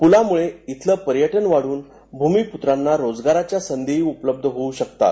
पुलामुळे इथल पर्यटन वाढून भूमिपुत्रांना रोजगाराच्या संधीही उपलब्ध होऊ शकतात